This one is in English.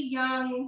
young